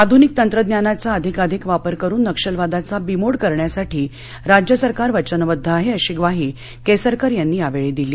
आधुनिक तंत्रज्ञानाचा अधिकाधिक वापर करून नक्षलवादाचा बिमोड करण्यासाठी राज्यसरकार वचनबद्ध आहञिशी म्वाही कस्तिकर यांनी यावळी दिली